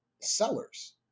sellers